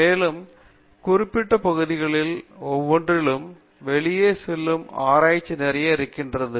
மேலே குறிப்பிட்ட பகுதிகளில் ஒவ்வொன்றிலும் வெளியே செல்லும் ஆராய்ச்சி நிறைய இருக்கிறது